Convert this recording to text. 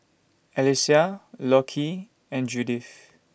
Alysia Lockie and Judith